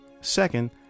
Second